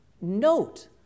Note